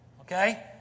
Okay